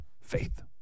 Faith